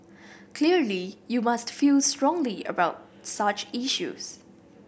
clearly you must feel strongly about such issues